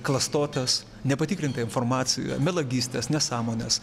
klastotes nepatikrinta informacija melagystes nesąmones